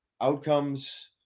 outcomes